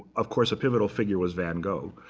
of course a pivotal figure was van gogh.